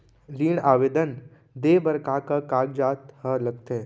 ऋण आवेदन दे बर का का कागजात ह लगथे?